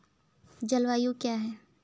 जलवायु क्या है?